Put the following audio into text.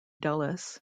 dulles